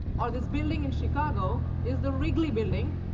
or, this building in chicago is the wrigley building,